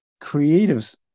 creatives